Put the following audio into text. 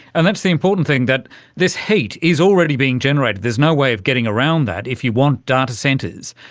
and that's the important thing, that this heat is already being generated, there's no way of getting around that if you want data centres.